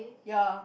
ya